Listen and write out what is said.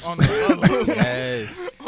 Yes